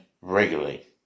regularly